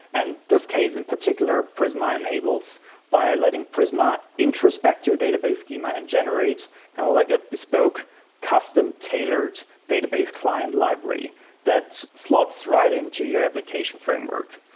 and this case, in particular, prisma enables by letting prisma introspect your database schema and generate and like a bespoke custom-tailored database client library that slots right into your application framework.